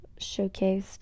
showcased